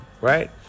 right